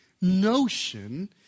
notion